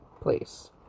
place